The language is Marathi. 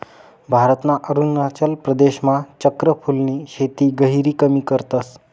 भारतना अरुणाचल प्रदेशमा चक्र फूलनी शेती गहिरी कमी करतस